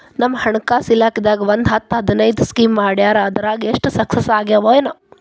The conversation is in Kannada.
ನಮ್ ಹಣಕಾಸ್ ಇಲಾಖೆದಾಗ ಒಂದ್ ಹತ್ತ್ ಹದಿನೈದು ಸ್ಕೇಮ್ ಮಾಡ್ಯಾರ ಅದ್ರಾಗ ಎಷ್ಟ ಸಕ್ಸಸ್ ಆಗ್ಯಾವನೋ